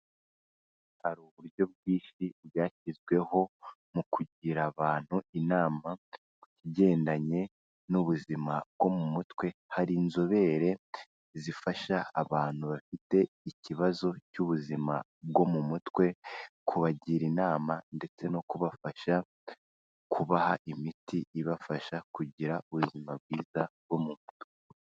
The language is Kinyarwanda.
Hari uburyo bwinshi bwashyizweho mu kugira abantu inama ku kigendanye n'ubuzima bwo mu mutwe, hari inzobere zifasha abantu bafite ikibazo cy'ubuzima bwo mu mutwe. Kubagira inama ndetse no kubafasha kubaha imiti ibafasha kugira ubuzima bwiza bwo mu mutwe.